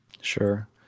Sure